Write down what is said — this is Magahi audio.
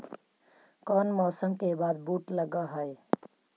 कोन मौसम के बाद बुट लग है?